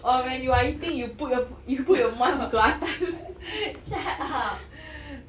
or when you're eating you put your fore~ you put your mask ke atas